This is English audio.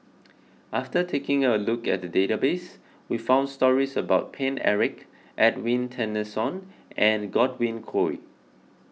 after taking a look at the database we found stories about Paine Eric Edwin Tessensohn and Godwin Koay